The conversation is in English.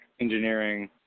engineering